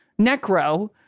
Necro